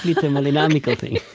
thermodynamical thing,